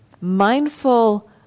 mindful